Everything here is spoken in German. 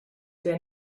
der